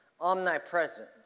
omnipresent